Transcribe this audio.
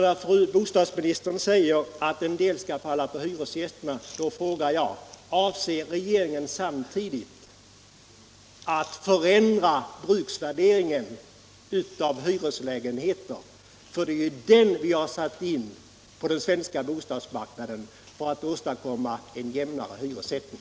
När fru bostadsministern säger att en del av kostnaden skall falla på hyresgästerna frågar jag: Avser regeringen samtidigt att förändra bruksvärderingen av hyreslägenheter? Det är den värdering vi satt in på den svenska bostadsmarknaden för att åstadkomma en jämnare hyressättning.